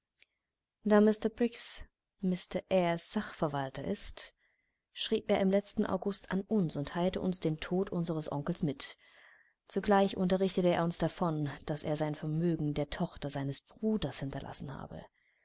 mr briggs mr eyres sachwalter ist schrieb er im letzten august an uns und teilte uns den tod unseres onkels mit zugleich unterrichtete er uns davon daß er sein vermögen der tochter seines bruders hinterlassen habe